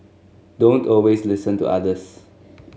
don't always listen to others